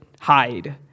hide